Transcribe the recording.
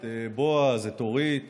את בועז, את אורית,